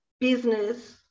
business